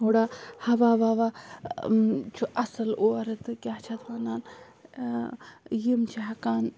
تھوڑا ہَوا وَوا چھُ اَصٕل اور تہٕ کیاہ چھِ اَتھ وَناں یِم چھ ہیٚکان